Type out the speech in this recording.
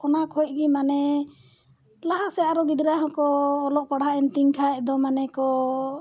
ᱚᱱᱟ ᱠᱷᱚᱱ ᱜᱮ ᱢᱟᱱᱮ ᱞᱟᱦᱟ ᱥᱮᱫ ᱟᱨᱦᱚᱸ ᱜᱤᱫᱽᱨᱟᱹ ᱦᱚᱸᱠᱚ ᱚᱞᱚᱜ ᱯᱟᱲᱦᱟᱣᱮᱱ ᱛᱤᱧ ᱠᱷᱟᱱ ᱫᱚ ᱢᱟᱱᱮ ᱠᱚ